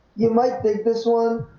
you might think this one?